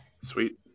sweet